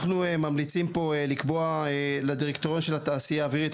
אנחנו ממליצים פה לקבוע לדירקטוריון של התעשייה האווירית,